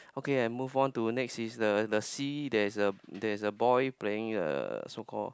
okay I move on to next is the the sea there is a there is a boy playing uh so called